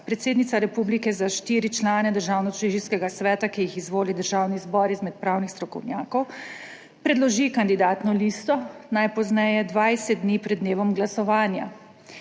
predsednica republike za štiri člane Državnotožilskega sveta, ki jih izvoli Državni zbor izmed pravnih strokovnjakov, predloži kandidatno listo najpozneje 20 dni pred dnevom glasovanja,